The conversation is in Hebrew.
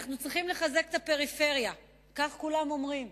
אנחנו צריכים לחזק את הפריפריה, כך כולם אומרים.